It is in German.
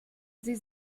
sie